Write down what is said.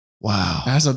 Wow